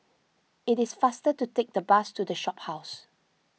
it is faster to take the bus to the Shophouse